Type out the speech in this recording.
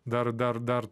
dar dar dar